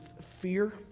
fear